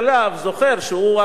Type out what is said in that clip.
זוכר שהוא הכובש.